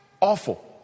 Awful